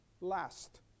last